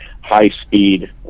high-speed